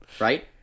right